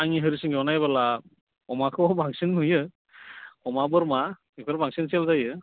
आंनि हरिसिंगायाव नायोब्ला अमाखौ बांसिन नुयो अमा बोरमा बेफोर बांसिन सेल जायो